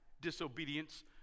disobedience